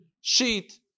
sheet